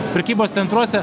prekybos centruose